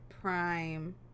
prime